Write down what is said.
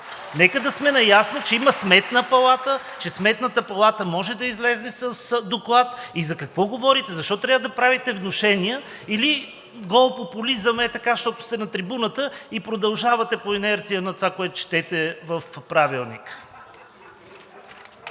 Нека да сме наясно, че има Сметна палата и тя може да излезе с доклад. За какво говорите? Защо трябва да правите внушения или гол популизъм ей така, защото сте на трибуната и продължавате по инерция по това, което четете в Правилника?